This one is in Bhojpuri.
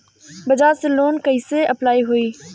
बज़ाज़ से लोन कइसे अप्लाई होई?